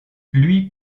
louis